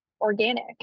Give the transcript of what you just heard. organic